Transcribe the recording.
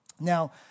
Now